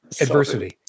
Adversity